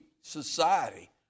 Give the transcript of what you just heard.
society